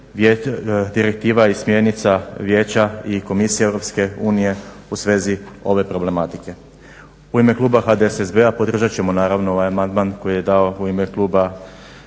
direktiva i smjernica Vijeća i Komisije EU u svezu ove problematike. U ime kluba HDSSB-a podržat ćemo naravno ovaj amandman koji je dao u ime kluba